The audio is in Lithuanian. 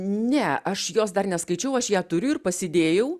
ne aš jos dar neskaičiau aš ją turiu ir pasidėjau